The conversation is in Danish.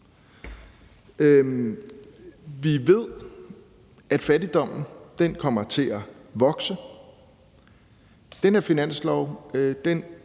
Vi ved, at fattigdommen kommer til at vokse. Den her finanslov kommer